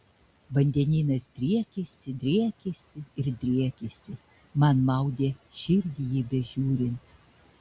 vandenynas driekėsi driekėsi ir driekėsi man maudė širdį į jį bežiūrint